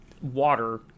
Water